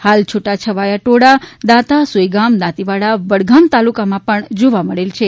હાલ છુટા છવાયા ટોળા દાંતા સુઇગામ દાંતીવાડા વડગામ તાલુકામાં પણ જોવા મળેલ છે